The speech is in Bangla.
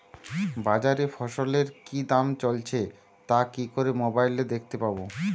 বাজারে ফসলের কি দাম চলছে তা কি করে মোবাইলে দেখতে পাবো?